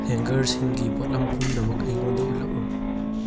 ꯍꯦꯡꯒꯔꯁꯤꯡꯒꯤ ꯄꯣꯠꯂꯝ ꯄꯨꯝꯅꯃꯛ ꯑꯩꯉꯣꯟꯗ ꯎꯠꯂꯛꯎ